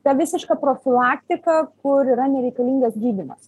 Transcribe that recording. ta visiška profilaktika kur yra nereikalingas gydymas